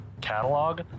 catalog